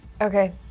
Okay